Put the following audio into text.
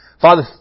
Father